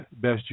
best